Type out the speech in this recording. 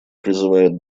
призывает